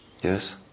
Yes